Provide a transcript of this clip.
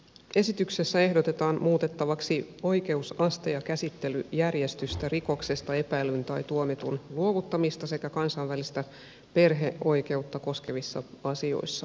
esityksessä ehdotetaan muutettavaksi oikeusaste ja käsittelyjärjestystä rikoksesta epäillyn tai tuomitun luovuttamista sekä kansainvälistä perheoikeutta koskevissa asioissa